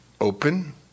open